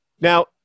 Now